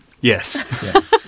yes